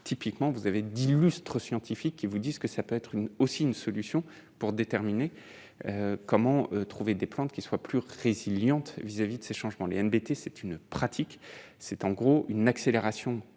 typiquement, vous avez d'illustres scientifiques qui vous disent que ça peut être une aussi une solution pour déterminer comment trouver des plantes qui soient plus résilientes vis-à-vis de ces changements, les embêter, c'est une pratique, c'est en gros une accélération